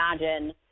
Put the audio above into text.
imagine